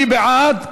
מי בעד?